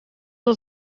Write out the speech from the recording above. dat